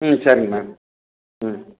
ம் சரிங்க மேம் ம்